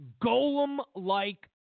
golem-like